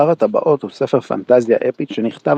שר הטבעות הוא ספר פנטזיה אפית שנכתב